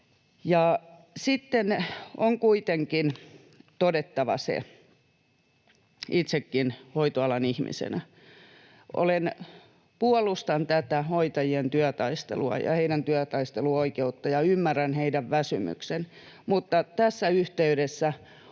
systeemi. On kuitenkin todettava, hoitoalan ihmisenäkin: puolustan tätä hoitajien työtaistelua ja heidän työtaisteluoikeuttaan ja ymmärrän heidän väsymyksensä, mutta tässä yhteydessä